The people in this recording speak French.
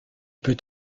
peut